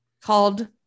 called